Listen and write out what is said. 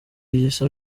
gisa